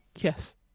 Yes